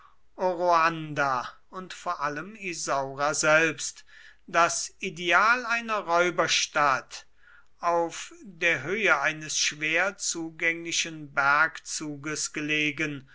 oroanda und vor allem isaura selbst das ideal einer räuberstadt auf der höhe eines schwer zugänglichen bergzuges gelegen